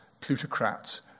plutocrats